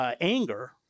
anger